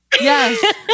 Yes